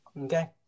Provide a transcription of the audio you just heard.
Okay